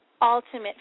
ultimate